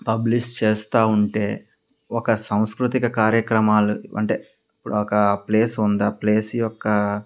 publish చేస్తూ ఉంటే ఒక సంస్కృతిక కార్యక్రమాలు అంటే ఇప్పుడు ఒక ప్లేస్ ఉంది ఆ ప్లేస్ యొక్క